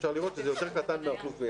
אפשר לראות שזה יותר קטן מהאוכלוסייה.